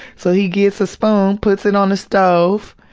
so he gets a spoon, puts it on the stove,